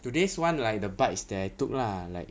today's one like the bikes there took lah like